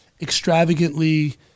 extravagantly